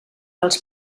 els